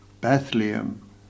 Bethlehem